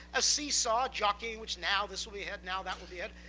a seesaw jockeying, which now this will be hit, now that will be hit.